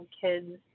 kids